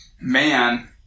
Man